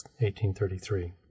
1833